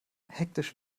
hektisch